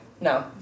No